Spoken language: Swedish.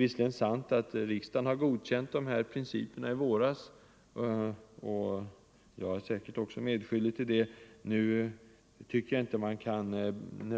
Visserligen är det sant att riksdagen godkände principerna i våras — och jag är säkert medskyldig till det — men jag tycker inte att man kan